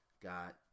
got